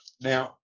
Now